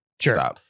Sure